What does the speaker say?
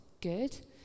good